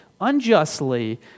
unjustly